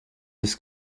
his